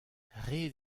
ret